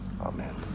Amen